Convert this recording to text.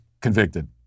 convicted